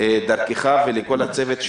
דרכך להודות לכל הצוות.